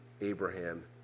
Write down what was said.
Abraham